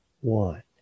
one